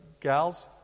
gals